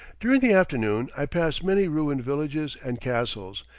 during the afternoon i pass many ruined villages and castles,